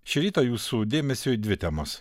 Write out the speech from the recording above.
šį rytą jūsų dėmesiui dvi temos